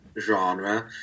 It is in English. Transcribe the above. genre